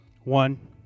One